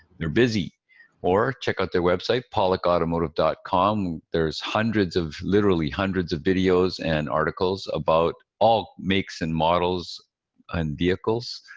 they're busy or check out their website, pawlikautomotive com. there's hundreds of, literally hundreds of videos and articles about all makes and models on vehicles,